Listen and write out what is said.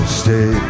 stay